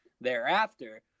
Thereafter